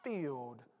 filled